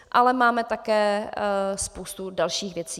Ale máme také spoustu dalších věcí.